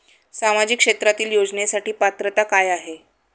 सामाजिक क्षेत्रांतील योजनेसाठी पात्रता काय आहे?